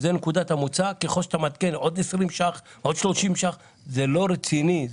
ועדכון של עוד 20 או 30 שקל זה לא רציני,